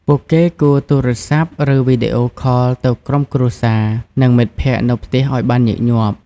ពួកគេគួរទូរស័ព្ទ ឬវីដេអូខលទៅក្រុមគ្រួសារ និងមិត្តភក្តិនៅផ្ទះឲ្យបានញឹកញាប់។